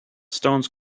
stones